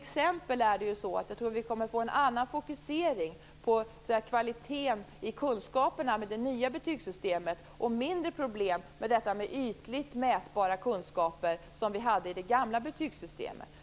Exempelvis tror jag att vi kommer att få en annan fokusering på kvaliteten i kunskaperna med det nya betygssystemet och mindre problem med ytligt mätbara kunskaper som vi hade med det gamla betygssystemet.